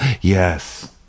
Yes